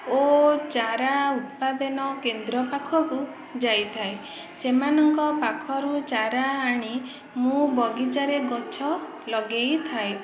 ଓ ଚାରା ଉତ୍ପାଦନ କେନ୍ଦ୍ର ପାଖକୁ ଯାଇଥାଏ ସେମାନଙ୍କ ପାଖରୁ ଚାରା ଆଣି ମୁଁ ବଗିଚାରେ ଗଛ ଲଗେଇଥାଏ